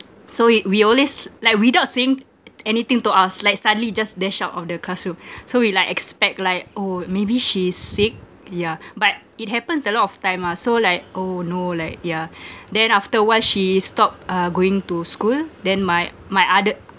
so we we always like without saying anything to us like suddenly just dash out of the classroom so we like expect like oh maybe she's sick yeah but it happens a lot of time mah so like oh no like yeah then after a while she stopped uh going to school then my my other